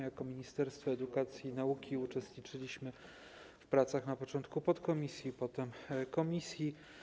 Jako Ministerstwo Edukacji i Nauki uczestniczyliśmy w pracach na początku podkomisji, potem komisji.